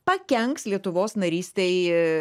pakenks lietuvos narystei